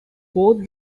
both